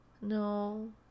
No